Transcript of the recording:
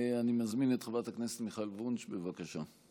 אני מזמין את חברת הכנסת מיכל וונש, בבקשה.